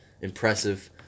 impressive